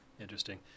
Interesting